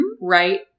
right